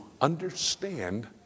understand